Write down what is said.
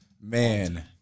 man